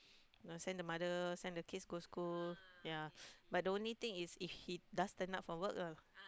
no send the mother send the kids go school yeah but the only thing is if he does turn up for work lah